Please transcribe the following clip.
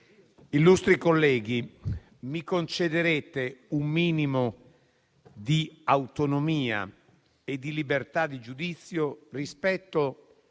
illustri colleghi, mi concederete un minimo di autonomia e di libertà di giudizio rispetto